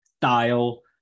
style